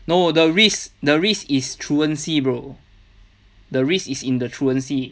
no the risk the risk is truancy bro the risk is in the truancy